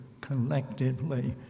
collectively